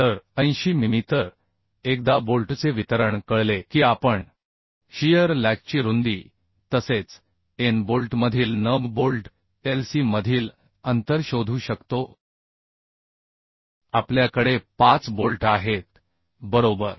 तर 80 मिमी तर एकदा बोल्टचे वितरण कळले की आपण शियर लॅगची रुंदी तसेच एन बोल्टमधील n बोल्ट Lc मधील अंतर शोधू शकतो आपल्याकडे 5 बोल्ट आहेत बरोबर